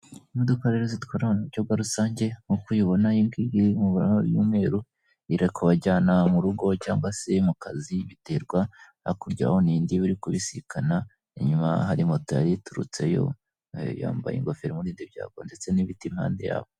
Imodoka rero zitwara abantu mu buryo rusange nk'uko ubibona nk'iyi ngiyi iri mu mabara y'umweru irakubajyana mu rugo cyangwa se mu kazi biterwa hakurya urahabona indi biiri kubisikana, inyuma hari moto yari iturutseyo yambaye ingofero imurinda ibyago ndetse n'ibiti impande yabo.